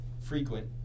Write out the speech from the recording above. frequent